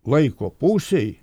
laiko pusėj